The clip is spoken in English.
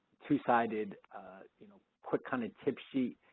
two-sided you know quick kind of tip sheet,